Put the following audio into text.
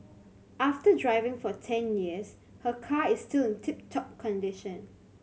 after driving for ten years her car is still in tip top condition